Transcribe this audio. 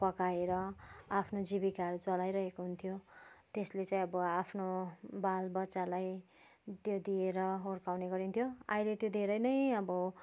पकाएर आफ्नो जीविकाहरू चलाइरहेको हुन्थ्यो त्यसले चाहिँ अब आफ्नो बालबच्चालाई त्यो दिएर हुर्काउने गरिन्थ्यो अहिले त धेरै नै अब